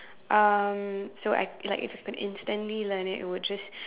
um so I like would instantly learn it it would just